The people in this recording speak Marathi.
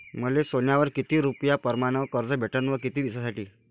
मले सोन्यावर किती रुपया परमाने कर्ज भेटन व किती दिसासाठी?